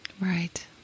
Right